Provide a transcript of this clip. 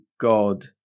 God